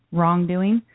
wrongdoing